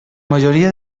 majoria